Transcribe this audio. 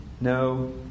no